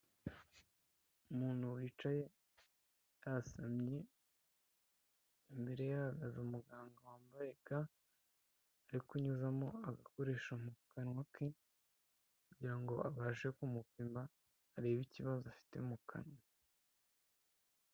Umuntu wicaye yasamye, imbere ye hahagaze umuganga wambaye ga, ari kunyuzamo agakoresho mu kanwa ke, kugira abashe kumupima arebe ikibazo afite mu kanwa.